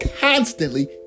constantly